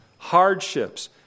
Hardships